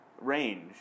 range